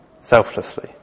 Selflessly